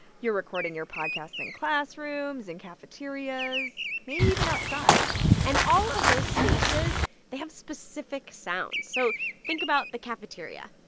you're recording your podcasts in classrooms, in cafeterias, maybe even outside and all of those spaces they have specific sounds. so think about the cafeteria.